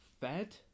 fed